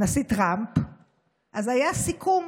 אז היה סיכום.